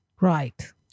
Right